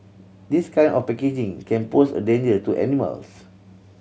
this kind of packaging can pose a danger to animals